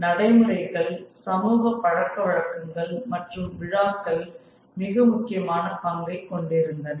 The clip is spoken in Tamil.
நடைமுறைகள் சமூக பழக்கவழக்கங்கள் மற்றும் விழாக்கள் மிக முக்கியமான பங்கைக் கொண்டிருந்தன